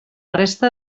resta